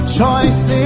choice